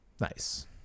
Nice